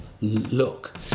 look